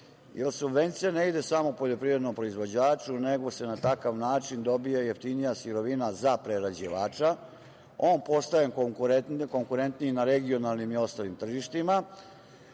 jer subvencija ne ide samo poljoprivrednom proizvođaču, nego se takav način dobija jeftinija sirovina za prerađivača, on postaje konkurentniji na regionalnim i ostalim tržištima,